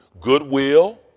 Goodwill